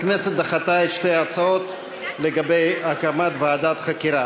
הכנסת דחתה את שתי ההצעות לגבי הקמת ועדת החקירה.